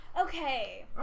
okay